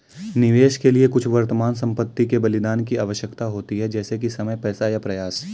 निवेश के लिए कुछ वर्तमान संपत्ति के बलिदान की आवश्यकता होती है जैसे कि समय पैसा या प्रयास